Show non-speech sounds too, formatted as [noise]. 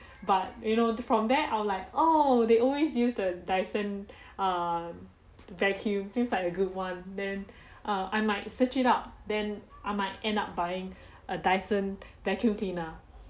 but you know the from there I would like oh they always use the dyson [breath] err vacuum seems like a good one then I might search it up then I might end up buying a dyson vacuum cleaner